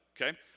Okay